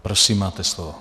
Prosím, máte slovo.